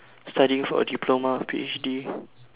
studying for a diploma a P_H_D